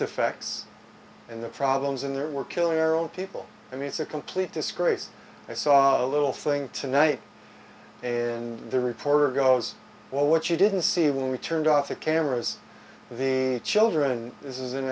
defects in the problems in there we're killing our own people i mean it's a complete disgrace i saw a little thing tonight in the reporter goes well what you didn't see when we turned off the cameras the children this i